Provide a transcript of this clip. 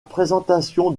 présentation